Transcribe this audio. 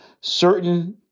certain